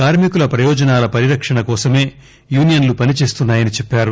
కార్మికుల ప్రయోజనాల పరిరక్షణ కోసమే యూనియన్లు పని చేస్తున్నా యని చెప్పారు